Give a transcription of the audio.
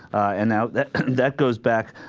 and now that that goes back